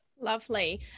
Lovely